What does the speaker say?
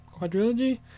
Quadrilogy